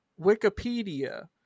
wikipedia